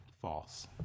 false